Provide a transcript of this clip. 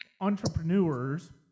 entrepreneurs